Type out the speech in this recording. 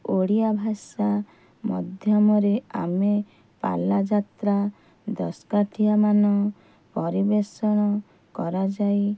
ଓଡ଼ିଆ ଭାଷା ମଧ୍ୟମରେ ଆମେ ପାଲା ଯାତ୍ରା ଦସକାଠିଆ ମାନ ପରିବେଷଣ କରାଯାଇ